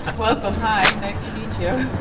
ah welcome. hi. nice to meet you.